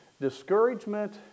discouragement